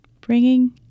Bringing